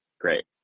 Great